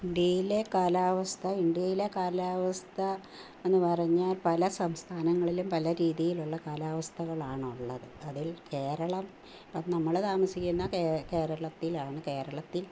ഇന്ത്യയിലെ കാലാവസ്ഥ ഇന്ത്യയിലെ കാലാവസ്ഥ എന്നുപറഞ്ഞാൽ പല സംസ്ഥാനങ്ങളിലും പല രീതിയിലുള്ള കാലാവസ്ഥകളാണ് ഉള്ളത് അതിൽ കേരളം അതു നമ്മൾ താമസിക്കുന്ന കേ കേരളത്തിലാണ് കേരളത്തിൽ